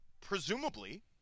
presumably